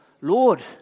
Lord